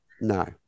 No